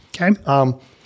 Okay